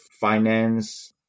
finance